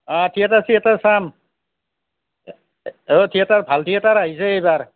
অ' theatre চিয়েটাৰ চাম অ' থিয়েটাৰ ভাল থিয়েটাৰ আহিছে এইবাৰ